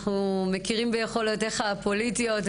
אנחנו מכירים ביכולותיך הפוליטיות,